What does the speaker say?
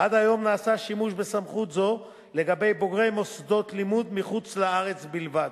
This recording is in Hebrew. עד היום נעשה שימוש בסמכות זו לגבי בוגרי מוסדות לימוד מחוץ-לארץ בלבד,